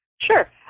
Sure